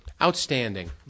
Outstanding